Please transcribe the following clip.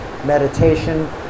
meditation